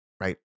right